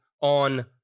on